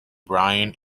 brian